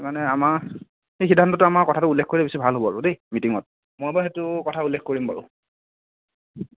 এইটো মানে আমাৰ এই সিদ্ধান্তটো আমাৰ কথাটো উল্লেখ কৰিলে কিছু ভাল হ'ব আৰু দেই মিটিঙত মই বাৰু সেইটো কথা উল্লেখ কৰিম বাৰু